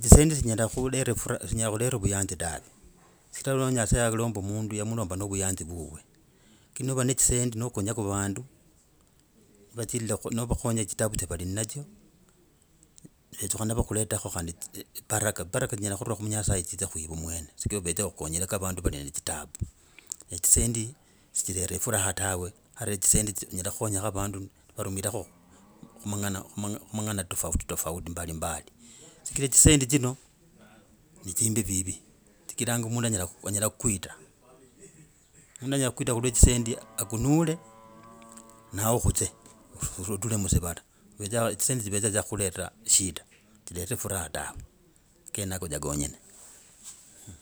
Zisendi zinyela kuleraa furaha, buyanzi dave, sichila iwa nyasaye yalomba mundu, yamulomba na obuyanzi bwibwe. Lakini nova zisendi nokonyako vandu, nivatsilila, navakonyako ne tsitaabu tsiavali nadzyo, vetsukaano vakuletrako khandi baraka. Baraka zinyela kutula mu nyasaye dzidze khuive mweno chigiraa kukonya sichraa wenyr kugonya vandu vave ne tsitaabu. Ne zisendi sizileta furaha tawe, zisendi zinyela kukonyako avandu varumirhako kumangana tofauti tofauti mbalimbali chigraa zisendi zino ne tsimbi vivi, tsichingraa mundu anyela kwita, mundu anyela kwita kulwa tsisendi akanule nawe okutse, oture mkivala. Tsisendi tsivetsaa zyakuletaa eshida. Siziletaa furaha dawe. Kenago dza konyene.